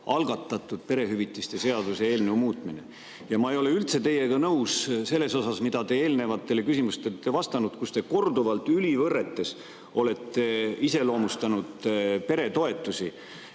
algatatud perehüvitiste seaduse muutmise eelnõu. Ja ma ei ole üldse teiega nõus selles osas, mida te eelnevatele küsimustele olete vastanud, kui te korduvalt ülivõrretes olete iseloomustanud peretoetusi: